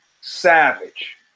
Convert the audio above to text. savage